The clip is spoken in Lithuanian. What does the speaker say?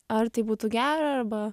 ar tai būtų gera arba